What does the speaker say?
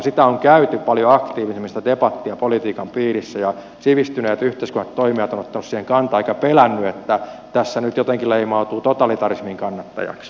sitä debattia on käyty paljon aktiivisemmin politiikan piirissä ja sivistyneet yhteiskunnalliset toimijat ovat ottaneet siihen kantaa eivätkä ole pelänneet että tässä nyt jotenkin leimautuu totalitarismin kannattajaksi